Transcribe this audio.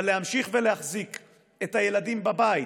אבל להמשיך להחזיק את הילדים בבית,